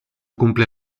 cumple